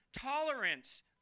tolerance